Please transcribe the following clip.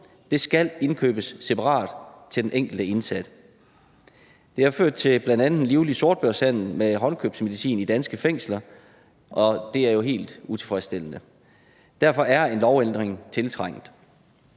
det skal indkøbes separat til den enkelte indsatte. Det har ført til bl.a. livlig sortbørshandel med håndkøbsmedicin i danske fængsler, og det er jo helt utilfredsstillende. Derfor er en lovændring tiltrængt.